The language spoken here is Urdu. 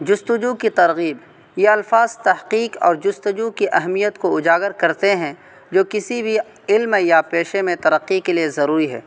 جستجو کی ترغیب یہ الفاظ تحقیق اور جستجو کی اہمیت کو اجاگر کرتے ہیں جو کسی بھی علم یا پیشے میں ترقی کے لیے ضروری ہے